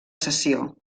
sessió